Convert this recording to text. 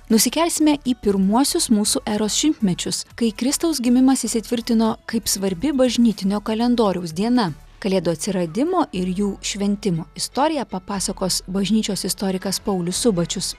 nusikelsime į pirmuosius mūsų eros šimtmečius kai kristaus gimimas įsitvirtino kaip svarbi bažnytinio kalendoriaus diena kalėdų atsiradimo ir jų šventimo istoriją papasakos bažnyčios istorikas paulius subačius